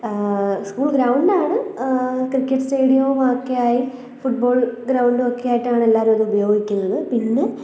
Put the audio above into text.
school ഗ്രൗണ്ടാണ് cricket സ്റ്റേഡിയവുമൊക്കെയായി football ഗ്രൗണ്ടൊക്കെയായിട്ടാണ് എല്ലാവരുമതുപയോഗിക്കുന്നത് പിന്നെ